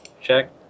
check